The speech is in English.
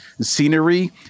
scenery